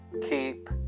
keep